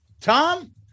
Tom